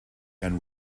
and